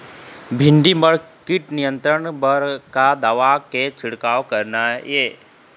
भिंडी म कीट नियंत्रण बर का दवा के छींचे करना ये?